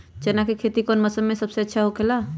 चाना के खेती कौन मौसम में सबसे अच्छा होखेला?